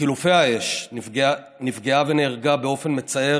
בחילופי האש נפגעה ונהרגה באופן מצער